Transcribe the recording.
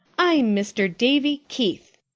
i'm mr. davy keith.